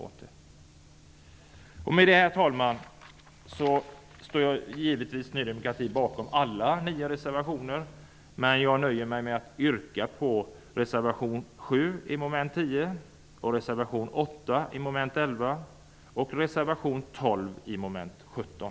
Herr talman! Ny demokrati står givetvis bakom alla 9 reservationer, men jag nöjer mig med att yrka bifall till reservation 7 i mom. 10, reservation 8 i mom. 11 och reservation 12 i mom. 17.